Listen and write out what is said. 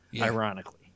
ironically